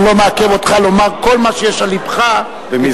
אני לא מעכב אותך לומר כל מה שיש על לבך כתשובה.